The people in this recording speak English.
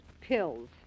pills